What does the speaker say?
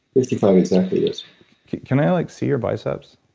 fifty five exactly, yes can i like see your biceps?